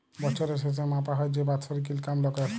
বছরের শেসে মাপা হ্যয় যে বাৎসরিক ইলকাম লকের